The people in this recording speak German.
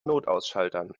notausschaltern